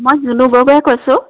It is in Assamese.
মই জুনু বৰবৰাই কৈছোঁ